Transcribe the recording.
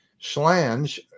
Schlange